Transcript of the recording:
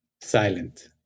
silent